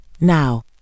Now